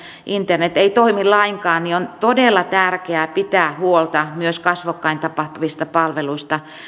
internet ei toimi lainkaan on todella tärkeää pitää huolta myös kasvokkain tapahtuvista palveluista